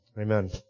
Amen